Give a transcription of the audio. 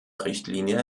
richtlinie